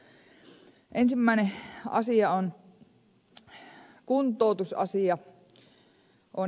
ensimmäinen asia on kuntoutusasia